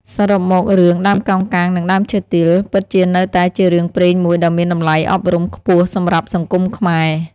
សរុបមករឿង "ដើមកោងកាងនិងដើមឈើទាល" ពិតជានៅតែជារឿងព្រេងមួយដ៏មានតម្លៃអប់រំខ្ពស់សម្រាប់សង្គមខ្មែរ។